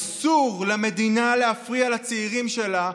אסור למדינה להפריע לצעירים שלה,